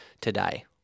today